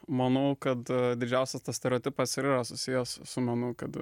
manau kad didžiausias tas stereotipas ir yra susijęs su menu kad